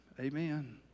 Amen